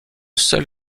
seul